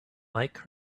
like